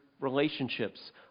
relationships